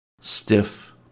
Stiff